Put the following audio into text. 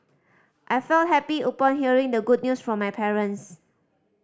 I felt happy upon hearing the good news from my parents